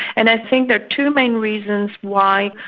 and i think there are two main reasons why.